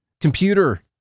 computer